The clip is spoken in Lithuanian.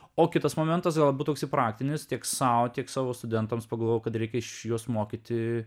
o kitas momentas galbūt toks praktinis tiek sau tiek savo studentams pagalvojau kad reikia iš jos mokyti